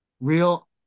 real